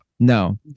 No